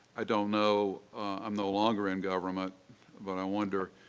i don't know i'm no longer in government but i wonder